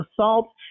assault